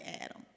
Adam